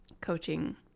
coaching